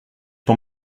ton